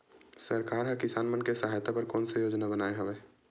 सरकार हा किसान मन के सहायता बर कोन सा योजना बनाए हवाये?